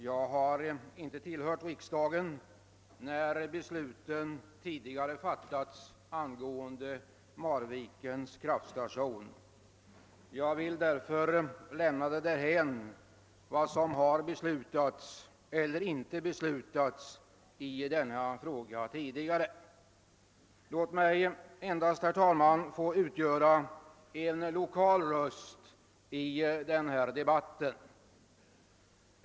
Herr talman! Jag tillhörde inte riksdagen när besluten tidigare fattades angående Marvikens kraftstation. Jag vill därför lämna därhän vad som då har beslutats eller inte beslutats i denna fråga. Låt mig endast, herr talman, få utgöra en lokal röst i denna debatt.